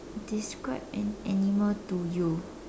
describe an animal to you